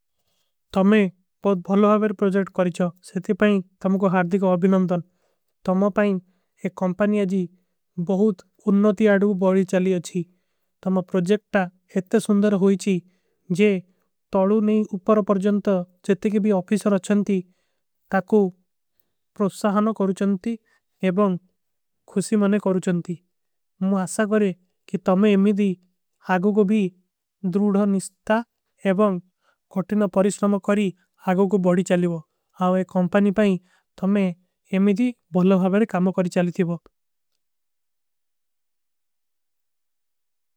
ତମେଂ ବହୁତ ଭଲୋ ହାଵେର ପ୍ରୋଜେକ୍ଟ କରୀଚୋ ସେତି ପାଇଂ ତମକୋ ହାର୍ଡିକ। ଅଭିନଂଦନ ତମା ପାଇଂ ଏକ କମପାଣୀ ଅଜୀ ବହୁତ ଉନ୍ଣତୀ ଆଡୂ। ବଢୀ ଚଲୀ ଅଚ୍ଛୀ ତମା ପ୍ରୋଜେକ୍ଟ ତା ଇତ୍ତେ ସୁନ୍ଦର ହୋଈଚୀ ଜେ ତଲୂ। ନହୀଂ ଉପର ପର ଜଂତ ଚିତ୍ତେ କେ ବୀ ଅଫିସର ଅଚ୍ଛଂତୀ ତାକୋ। ପ୍ରୋଶାହନ କରୁଚଂତୀ ଏବଂ ଖୁଶୀ ମନେ କରୁଚଂତୀ ମୁ ଆସା କରେ କି। ତମେଂ ଏମେଦୀ ହାଗୋଗୋ ଭୀ ଦୁରୁଧା ନିସ୍ତା ଏବଂ ଖୋଟୀନା ପରିଶ୍ନମ। କରୀ ହାଗୋଗୋ ବଢୀ ଚଲୀଵୋ ଔର ଏକ କମପାଣୀ ପାଇଂ। ତମେଂ ଏମେଦୀ ବହୁତ ଭାଵାରେ କାମା କରୀ ଚଲୀ ଥୀଵୋ।